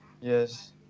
Yes